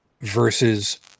versus